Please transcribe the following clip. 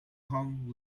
hung